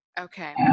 Okay